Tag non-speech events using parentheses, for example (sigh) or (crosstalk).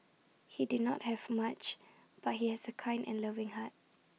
he did not have much but he has A kind and loving heart (noise)